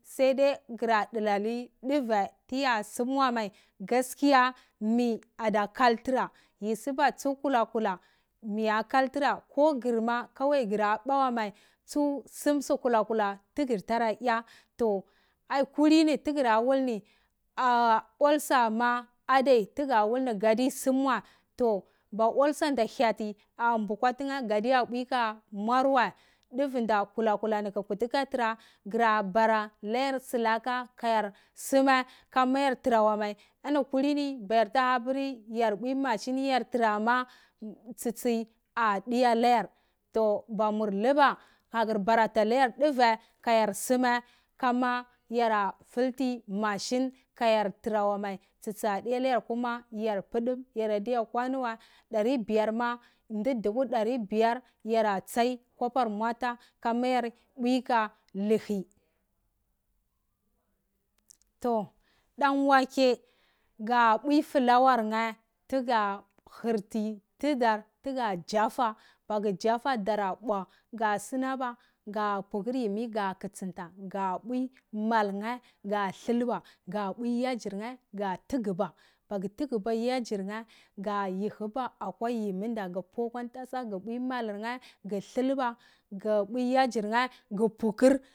Sai de gurda dula lidupa diyata sum mai gashiya mi ada kal tura yi suba tun kula kula mia kaltura ko gurma gurda ba mai tsu sum sur kula kula tugur tara ya ai kulmi tugurada wul ni al uleerma adi tuga wul ni kadi sum wai to ba uleernda yati to ambutatina tuga mwar wai duvi ni kulatulani ku kudi ka tra abala layar sulaka kayarsoma kama yartara mar kulini bayorta hapiri yar pwi moshin ka trama tsi tsi adialoyur to mabur luva magur boro. layar dure kayar sumai kama yarafulti machine kayar tra mai tsi-tsi a dilalayar mai tuma yor pudum ya diga kwani wai dori biyar ma ndnu duku yara tsai kwopur mvata koma yar pwi ha lihi tohdonwate ga bwi plawan neh tuga hurti tudar tuga jafa magu jafa dura pwa dora cunaba dara pukur yimmi gra kitinba gra pwi yimmir neh dulhba ga pwi yajrnheh ga tuguba magu tuguba gijrnlel ga yihuba akwa yimin nda go pwi akwa ntasan nhoh gu dulba gu bwi yojirne ga pwukur